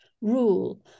rule